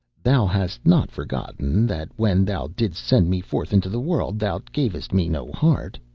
thou hast not forgotten that when thou didst send me forth into the world thou gavest me no heart.